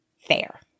fair